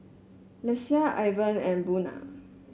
Lesia Ivan and Buna